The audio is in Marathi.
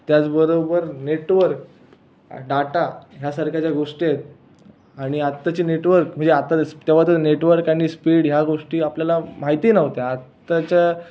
त्याचबरोबर नेटवर्क डाटा ह्यासारख्या ज्या गोष्टी आहेत आणि आत्ताची नेटवर्क म्हणजे आता तेव्हा तर नेटवर्क आणि स्पीड ह्या गोष्टी आपल्याला माहितीही नव्हत्या आत्ताच्या